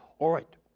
all right.